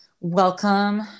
Welcome